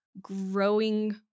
growing